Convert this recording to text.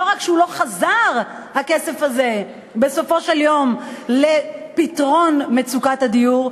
לא רק שלא חזרו בסופו של יום לפתרון מצוקת הדיור,